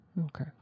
Okay